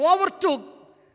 overtook